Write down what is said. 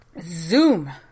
Zoom